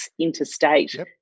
interstate